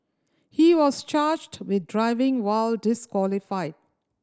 he was charged with driving while disqualified